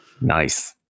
Nice